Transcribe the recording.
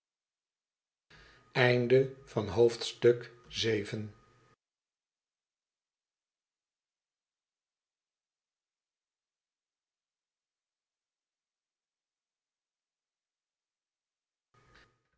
hoofdstuk van het